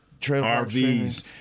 RVS